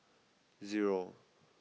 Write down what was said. zero